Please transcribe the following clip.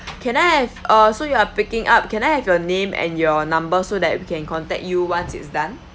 can I have uh so you are picking up can I have your name and your number so that we can contact you once it's done